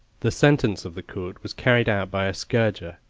the sentence of the court was carried out by a scourger,